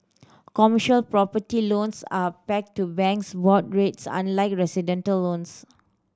commercial property loans are pegged to banks board rates unlike residential loans